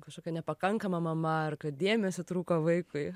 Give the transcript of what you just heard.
kažkokia nepakankama mama ar kad dėmesio trūko vaikui